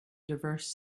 diverse